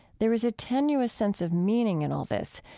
there's a tenuous sense of meaning in all this,